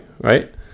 right